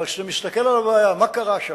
אבל כשאתה מסתכל על הבעיה, מה קרה שם,